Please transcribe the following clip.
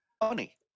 Funny